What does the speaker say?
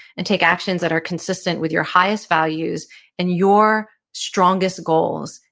and take actions that are consistent with your highest values and your strongest goals,